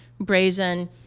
brazen